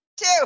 Two